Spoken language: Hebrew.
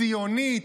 ציונית,